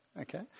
Okay